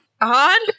Odd